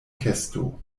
kesto